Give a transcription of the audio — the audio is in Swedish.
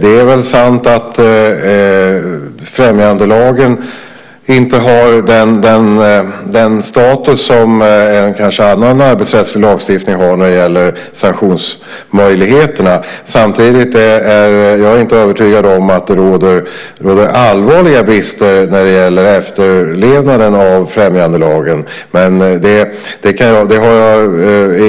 Det är väl sant att främjandelagen inte har den status som annan arbetsrättslig lagstiftning har när det gäller sanktionsmöjligheterna. Samtidigt är jag inte övertygad om att det råder allvarliga brister när det gäller efterlevnaden av främjandelagen. Men det har jag